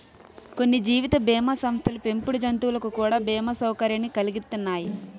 కొన్ని జీవిత బీమా సంస్థలు పెంపుడు జంతువులకు కూడా బీమా సౌకర్యాన్ని కలిగిత్తన్నాయి